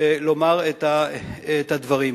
לומר את הדברים.